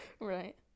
Right